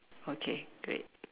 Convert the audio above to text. okay great